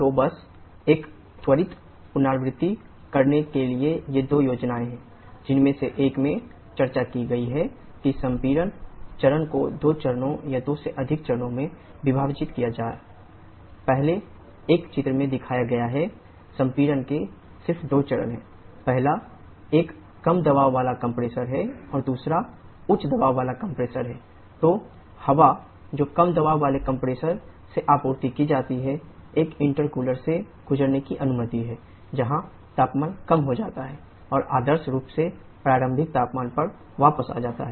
तो बस एक त्वरित पुनरावृत्ति करने के लिए ये दो योजनाएं हैं जिनमें से एक में चर्चा की गई है कि संपीड़न रूप से प्रारंभिक तापमान पर वापस आ जाता है